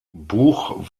buch